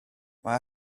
mae